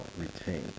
retain